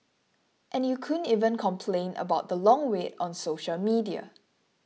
and you couldn't even complain about the long wait on social media